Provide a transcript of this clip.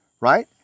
Right